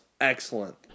excellent